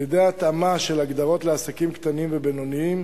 על-ידי התאמה של ההגדרות לעסקים קטנים ובינוניים